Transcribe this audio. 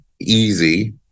easy